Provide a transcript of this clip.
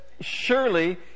surely